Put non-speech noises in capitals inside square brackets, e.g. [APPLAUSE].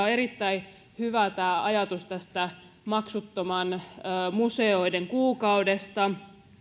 [UNINTELLIGIBLE] on erittäin hyvä tämä ajatus tästä maksuttomasta museoiden kuukaudesta